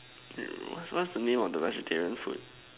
I don't know what's what's the name of the vegetarian food